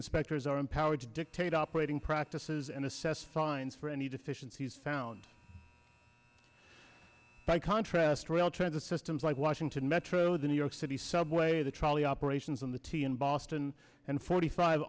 inspectors are empowered to dictate operating practices and assess signs for any deficiencies found by contrast rail transit systems like washington metro the new york city subway or the trolley operations on the t in boston and forty five